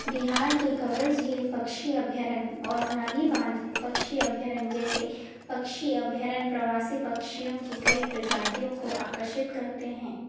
बिहार के काँवर झील पक्षी अभयारण्य और नागी बांध पक्षी अभयारण्य जैसे पक्षी अभयारण्य प्रवासी पक्षियों की कई प्रजातियों को आकर्षित करते हैं